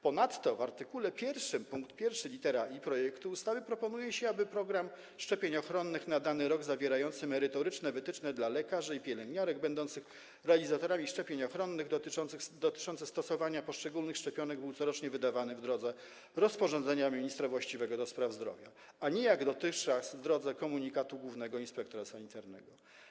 Ponadto w art. 1 pkt 1 lit. i projektu ustawy proponuje się, aby program szczepień ochronnych na dany rok, zawierający merytoryczne wytyczne dla lekarzy i pielęgniarek będących realizatorami szczepień ochronnych dotyczące stosowania poszczególnych szczepionek, był corocznie ogłaszany w drodze rozporządzenia ministra właściwego do spraw zdrowia, a nie, jak dotychczas, w drodze komunikatu głównego inspektora sanitarnego.